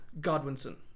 Godwinson